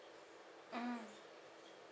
mm